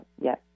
Yes